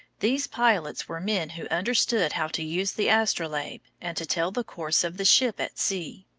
these pilots were men who understood how to use the astrolabe and to tell the course of the ship at sea.